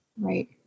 Right